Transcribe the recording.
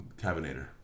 Cabinator